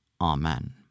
Amen